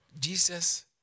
Jesus